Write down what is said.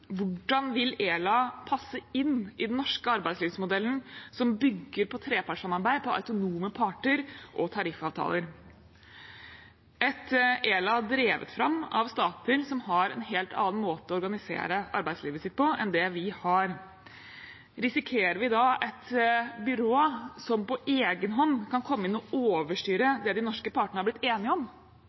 Hvordan vil ELA passe inn i den norske arbeidslivsmodellen, som bygger på trepartssamarbeid, på autonome parter og tariffavtaler – et ELA drevet fram av stater som har en helt annen måte å organisere arbeidslivet sitt på enn det vi har? Risikerer vi da et byrå som på egen hånd kan komme inn og overstyre det de norske partene har blitt enige om?